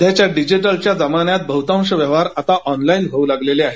सध्याच्या डिजिटलच्या जमान्यात बह्तांश व्यवहार आता ऑनलाईन होऊ लागले आहेत